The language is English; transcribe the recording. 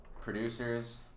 producers